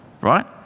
right